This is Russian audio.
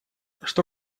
что